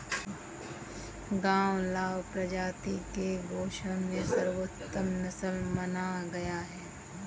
गावलाव प्रजाति के गोवंश को सर्वोत्तम नस्ल माना गया है